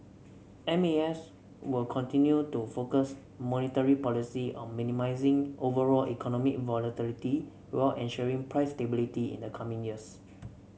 M A S will continue to focus monetary policy on minimising overall economic volatility while ensuring price stability in the coming years